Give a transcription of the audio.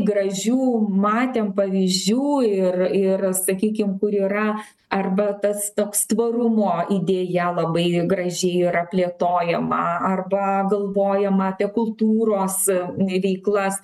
gražių matėm pavyzdžių ir ir sakykim kur yra arba tas toks tvarumo idėja labai graži yra plėtojama arba galvojama apie kultūros veiklas